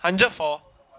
and therefore